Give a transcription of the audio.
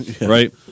right